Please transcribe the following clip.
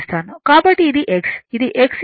కాబట్టి ఇది x ఇది x IL cos 36